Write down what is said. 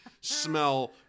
smell